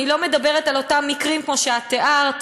אני לא מדברת על אותם מקרים כמו שאת תיארת,